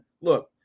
look